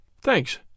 Thanks